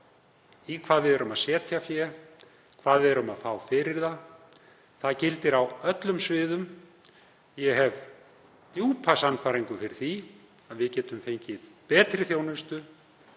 í hvað við erum að setja fé, hvað við erum að fá fyrir það. Það gildir á öllum sviðum. Ég hef djúpa sannfæringu fyrir því að við getum fengið betri þjónustu